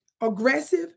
aggressive